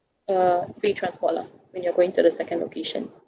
uh free transport lah when you're going to the second location